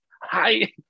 hi